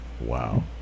Wow